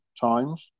times